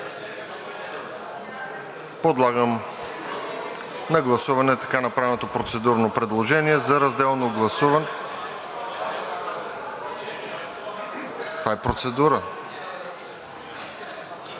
Подлагам на гласуване така направеното процедурно предложение за разделно гласуване. (Шум и реплики